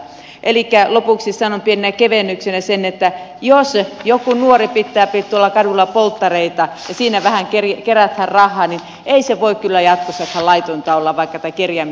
elikkä lopuksi sanon pienenä kevennyksenä sen että jos joku nuori pitää tuolla kadulla polttareita ja siinä vähän kerätään rahaa niin ei se voi kyllä jatkossakaan laitonta olla vaikka tämä kerjääminen kielletyksi tehtäisiin